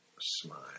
smile